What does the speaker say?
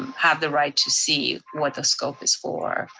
have the right to see what the scope is for.